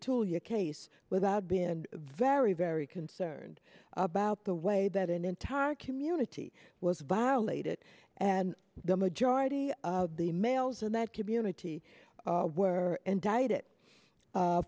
tool you case without been very very concerned about the way that an entire community was violated and the majority of the males in that community were indicted